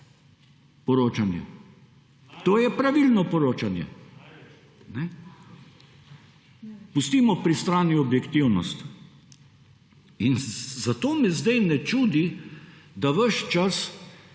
poročanje. To je pravilno poročanje. Pustimo pri strani objektivnost. In zato me zdaj ne čudi, da **66.